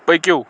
پٔکِو